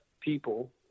people